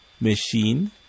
machine